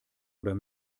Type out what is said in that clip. oder